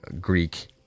Greek